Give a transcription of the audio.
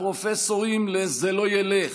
הפרופסורים ל"זה לא ילך",